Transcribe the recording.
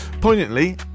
poignantly